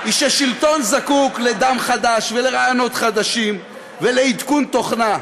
היא ששלטון זקוק לדם חדש ולרעיונות חדשים ולעדכון תוכנה.